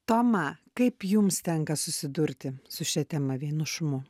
toma kaip jums tenka susidurti su šia tema vienišumu